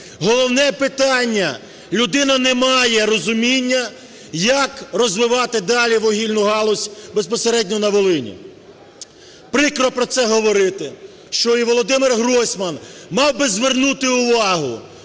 Головне питання, людина не має розуміння, як розвивати далі вугільну галузь безпосередньо на Волині. Прикро про це говорити, що і Володимир Гройсман мав би звернути увагу,